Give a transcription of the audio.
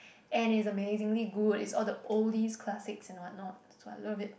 and it's amazingly good it's all the oldies classics and what not that's why I love it